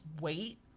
wait